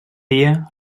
dia